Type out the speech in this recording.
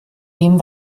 dem